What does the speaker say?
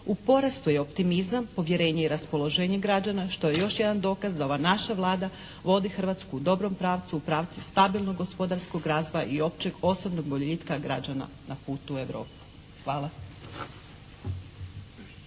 U porastu je optimizam, povjerenje i raspoloženje građana što je još jedan dokaz da ova naša Vlada vodi Hrvatsku u dobrom pravcu, u pravcu stabilnog gospodarskog razvoja i općeg osobnog boljitka građana na putu u Europu. Hvala.